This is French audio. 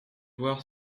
voir